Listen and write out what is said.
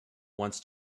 once